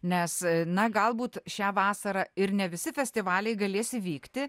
nes na galbūt šią vasarą ir ne visi festivaliai galės įvykti